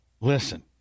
Listen